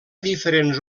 diferents